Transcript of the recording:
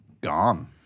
gone